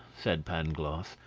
said pangloss,